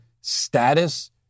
status